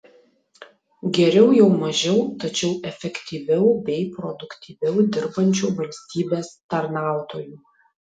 geriau jau mažiau tačiau efektyviau bei produktyviau dirbančių valstybės tarnautojų